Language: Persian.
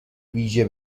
ویژه